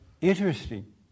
Interesting